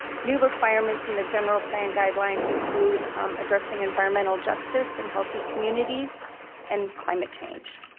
new requirements and the general plan guidelines include addressing environmental justice and healthy communities and climate change.